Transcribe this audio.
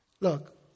Look